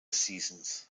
seasons